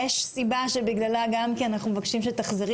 יש סיבה שבגללה גם כן אנחנו מבקשים שתחזרי